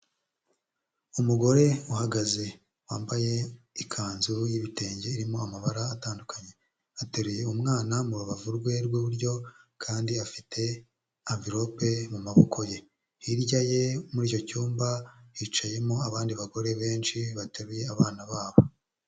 Umugore uhagaze wambaye ikanzu y'ibitenge irimo amabara atandukanye, ateruye umwana mu rubavu rwe rw'iburyo kandi afite anvilope mu maboko ye. Hirya ye muri icyo cyumba hicayemo abandi bagore benshi bataruye abana babo.